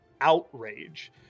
outrage